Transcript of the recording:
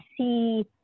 see